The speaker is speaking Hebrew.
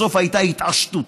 בסוף הייתה התעשתות